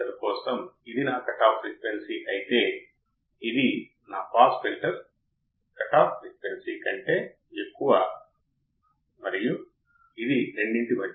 మనకు సానుకూల ఫీడ్బ్యాక్ మంచిది ప్రతికూల ఫీడ్బ్యాక్ మంచిది కాదు